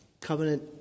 covenant